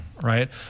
right